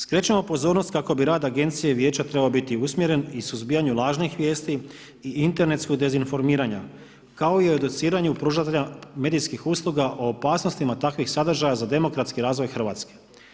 Skrećemo pozornost kako bi rad agencije i vijeća trebao biti usmjere i u suzbijanju lažnih vijesti i internetskog dezinformiranja kao i o dociranju pružatelja medijskih usluga o opasnostima takvih sadržaja za demokratski razvoj Hrvatske.